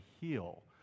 heal